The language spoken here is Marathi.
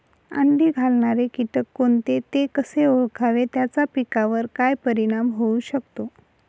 अंडी घालणारे किटक कोणते, ते कसे ओळखावे त्याचा पिकावर काय परिणाम होऊ शकतो?